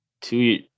two